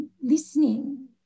listening